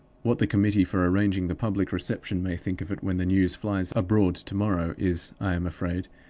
what the committee for arranging the public reception may think of it when the news flies abroad to-morrow is, i am afraid,